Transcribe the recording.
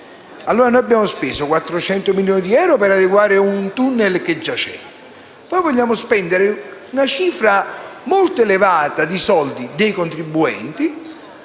merci. Noi abbiamo speso 400 milioni di euro per adeguare un *tunnel* che già esisteva. Ora vogliamo spendere una cifra molto elevata di soldi dei contribuenti